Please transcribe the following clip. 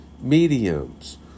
mediums